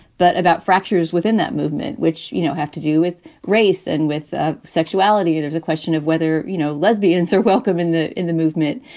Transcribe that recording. but about fractures within that movement, which, you know, have to do with race and with ah sexuality. there's a question of whether, you know, lesbians are welcome in the in the movement.